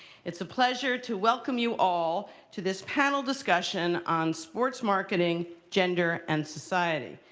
it's a pleasure to welcome you all to this panel discussion on sports marketing, gender, and society.